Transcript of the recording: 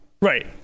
Right